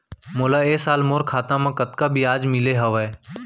मोला ए साल मोर खाता म कतका ब्याज मिले हवये?